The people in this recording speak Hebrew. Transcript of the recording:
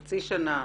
חצי שנה?